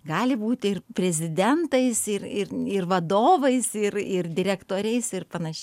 gali būti ir prezidentais ir ir ir vadovais ir ir direktoriais ir panašiai